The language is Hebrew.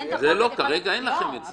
עוד אין את החוק --- כרגע אין לכם את זה.